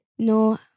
No